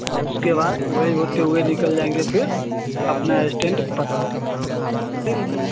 औ उसके बाद वही होते हुए निकल जाएँगे फिर अपना स्टैंड पट ठीक है